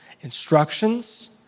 instructions